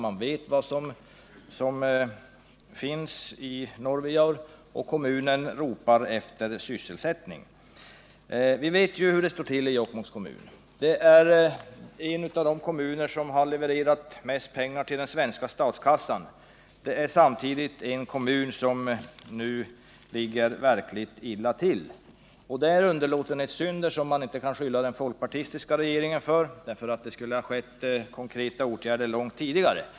Man vet vad som finns i Norvijaur, och kommunen ropar efter sysselsättning. Vi vet ju hur det står till i Jokkmokks kommun. Det är en av de kommuner som har levererat mest pengar till den svenska statskassan, men samtidigt är det en kommun som nu ligger verkligt illa till. Här rör det sig om underlåtenhetssynder som man inte kan skylla på den folkpartistiska regeringen. Det borde ha vidtagits konkreta åtgärder långt tidigare.